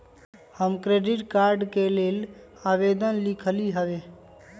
हम credit card के लेल आवेदन लिखली हबे